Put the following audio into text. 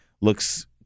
looks